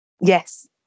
Yes